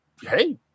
Hey